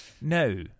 No